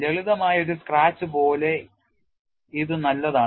ലളിതമായ ഒരു സ്ക്രാച്ച് പോലെ ഇത് നല്ലതാണ്